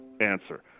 answer